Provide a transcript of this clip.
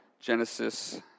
Genesis